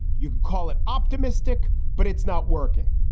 you can call it optimistic, but it's not working.